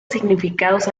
significados